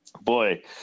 boy